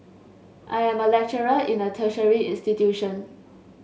I am a lecturer in a tertiary institution